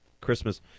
Christmas